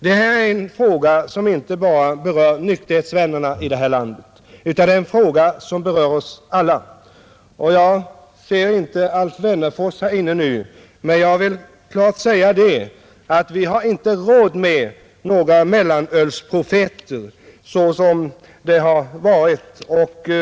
Detta är en fråga som berör inte bara nykterhetsvännerna i vårt land utan oss alla. Jag ser inte Alf Wennerfors här inne nu, men jag vill klart säga att vi inte har råd med några mellanölsprofeter sådant som läget har blivit.